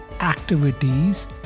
activities